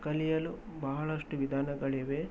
ಕಲಿಯಲು ಬಹಳಷ್ಟು ವಿಧಾನಗಳಿವೆ